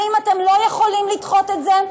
ואם אתם לא יכולים לדחות את זה,